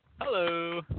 Hello